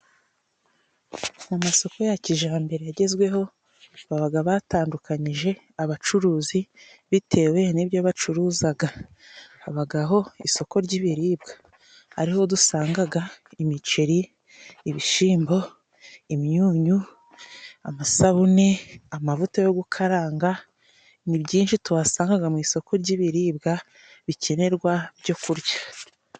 Mu masoko ya kijambere agezweho babaga batandukanyije abacuruzi bitewe n'ibyo bacuruzaga. Habagaho isoko ry'ibiribwa ari ho dusangaga imiceri, ibishimbo, imyunyu, amasabune, amavuta yo gukaranga. Ni byinshi tuhasangaga mu isoko ry'ibiribwa bikenerwa byo kurya.